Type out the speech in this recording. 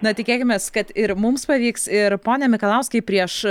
na tikėkimės kad ir mums pavyks ir pone mikalauskai prieš